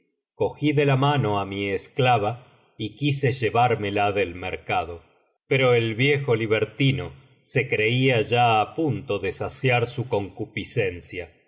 cogí de la mano á mi esclava y quise llevármela del mercado pero el viejo libertino se creía ya á punto de saciar su concupiscencia